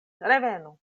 revenu